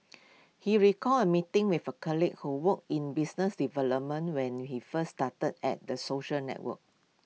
he recalls A meeting with A colleague who worked in business development when he first started at the social network